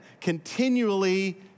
continually